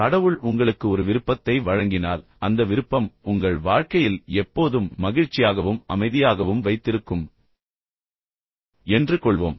கடவுள் உங்களுக்கு ஒரு விருப்பத்தை வழங்கினால் அந்த விருப்பம் உங்கள் வாழ்க்கையில் எப்போதும் மகிழ்ச்சியாகவும் அமைதியாகவும் வைத்திருக்கும் என்று கொள்வோம்